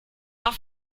auf